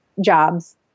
jobs